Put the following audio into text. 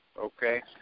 Okay